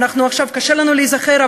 עכשיו קשה לנו להיזכר,